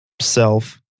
self